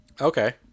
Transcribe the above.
Okay